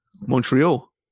Montreal